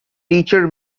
teacher